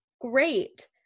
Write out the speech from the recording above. great